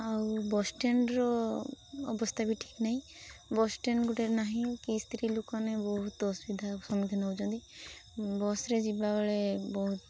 ଆଉ ବସଷ୍ଟାଣ୍ଡର ଅବସ୍ଥା ବି ଠିକ୍ ନାହିଁ ବସଷ୍ଟାଣ୍ଡ ଗୋଟେ ନାହିଁ କି ସ୍ତ୍ରୀ ଲୋକମାନେ ବହୁତ ଅସୁବିଧା ସମ୍ମୁଖୀନ ହେଉଛନ୍ତି ବସ୍ରେ ଯିବାବେଳେ ବହୁତ